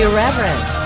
Irreverent